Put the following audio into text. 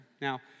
Now